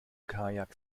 kajak